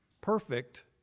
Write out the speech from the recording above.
perfect